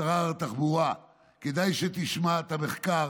שר התחבורה, כדאי שתשמע את המחקר: